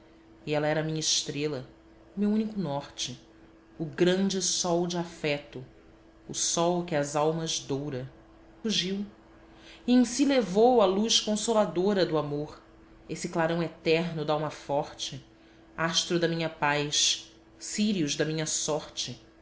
e ela era a minha estrela o meu único norte o grande sol de afeto o sol que as almas doura fugiu e em si levou a luz consoladora do amor esse clarão eterno dalma forte astro da minha paz sírius da minha sorte